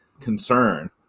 concern